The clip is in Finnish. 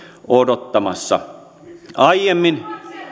odottamassa aiemmin